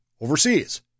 overseas